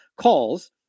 calls